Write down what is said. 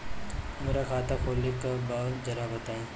हमरा खाता खोले के बा जरा बताई